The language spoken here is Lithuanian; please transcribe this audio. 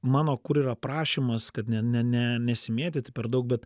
mano kur yra prašymas kad ne ne ne nesimėtyti per daug bet